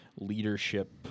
leadership